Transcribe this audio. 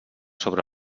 sobre